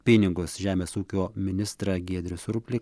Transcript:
pinigus žemės ūkio ministrą giedrių surplį